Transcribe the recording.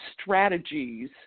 strategies